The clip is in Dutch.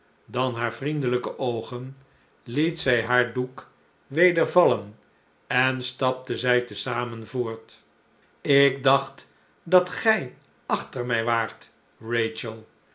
dan hare vriendelijke oogen liet zij haar doek weder vallen en stapten zij te zamen voort ik dacht dat gij achter mij waart